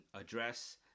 address